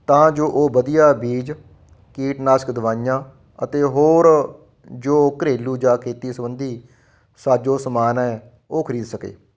ਤਾਂ ਜੋ ਉਹ ਵਧੀਆ ਬੀਜ ਕੀਟਨਾਸ਼ਕ ਦਵਾਈਆਂ ਅਤੇ ਹੋਰ ਜੋ ਘਰੇਲੂ ਜਾਂ ਖੇਤੀ ਸੰਬੰਧੀ ਸਾ ਜੋ ਸਮਾਨ ਹੈ ਉਹ ਖਰੀਦ ਸਕੇ